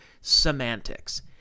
semantics